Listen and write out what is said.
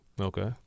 Okay